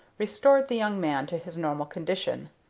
restored the young man to his normal condition.